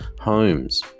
homes